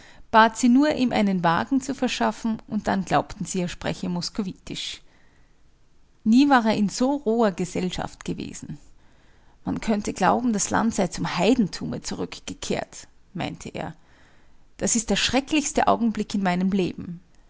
bat sie nur ihm einen wagen zu verschaffen und dann glaubten sie er spreche moskowitisch nie war er in so roher gesellschaft gewesen man könnte glauben das land sei zum heidentume zurückgekehrt meinte er das ist der schrecklichste augenblick in meinem leben